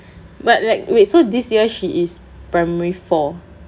but like wait so this year she is primary four